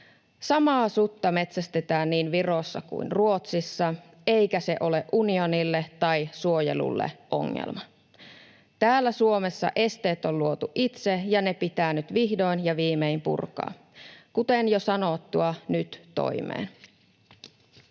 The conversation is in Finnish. Samaa sutta metsästetään niin Virossa kuin Ruotsissa, eikä se ole unionille tai suojelulle ongelma. Täällä Suomessa esteet on luotu itse, ja ne pitää nyt vihdoin ja viimein purkaa. Kuten jo sanottua, nyt toimeen.